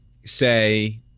say